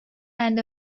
and